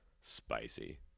Spicy